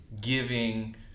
giving